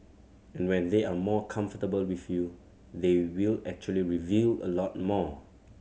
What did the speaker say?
and when they are more comfortable with you they will actually reveal a lot more